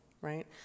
right